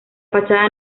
fachada